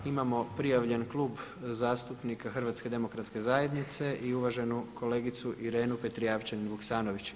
Imamo prijavljen Klub zastupnika HDZ-a i uvaženu kolegicu Irenu Petrijevčanin Vukasanović.